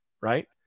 right